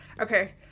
Okay